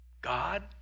God